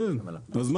אצלו